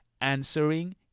answering